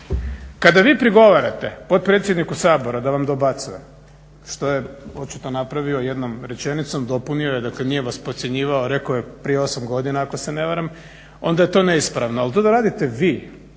Kada vi prigovarate potpredsjedniku Sabora da vam dobacuje, što je očito napravio jednom rečenicom dopunio je, dakle nije vas podcjenjivao rekao je prije osam godina ako se ne varam, onda je to neispravno. Ali to radite vi